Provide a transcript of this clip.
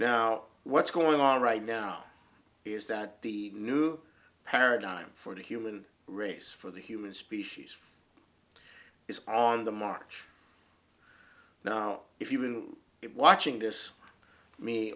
now what's going on right now is that the new paradigm for the human race for the human species is on the march now if you can get watching this me